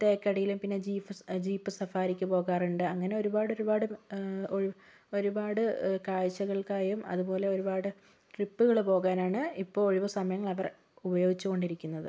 തേക്കടിലും പിന്നെ jeep jeep സഫാരിക്ക് പോകാറുണ്ട് അങ്ങനെ ഒരുപാടൊരുപാട് ഒരു ഒരുപാട് കാഴ്ചകൾക്കായും അതുപോലെ ഒരുപാട് ട്രിപ്പുകൾ പോകാനാണ് ഇപ്പോൾ ഒഴിവു സമയങ്ങൾ അവർ ഉപയോഗിച്ചുകൊണ്ടിരിക്കുന്നത്